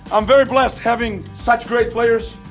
i'm very blessed having such great players,